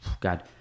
God